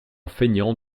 feignant